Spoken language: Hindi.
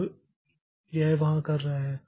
तो यह वहाँ कर रहा है